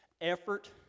effort